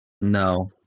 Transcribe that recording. No